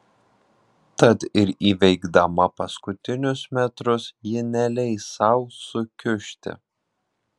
tad ir įveikdama paskutinius metrus ji neleis sau sukiužti